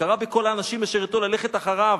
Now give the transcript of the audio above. קרא בקול לאנשים אשר אתו ללכת אחריו,